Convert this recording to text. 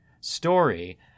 story